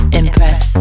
impress